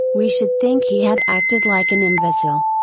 we should think he had acted like an imbecile.